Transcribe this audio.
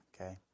okay